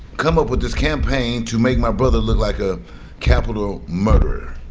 come up with this campaign to make my brother look like a capital murderer,